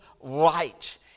light